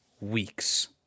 weeks